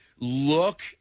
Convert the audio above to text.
look